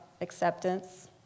acceptance